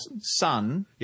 son